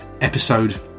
episode